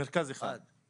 מרכז אחד.